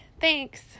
Thanks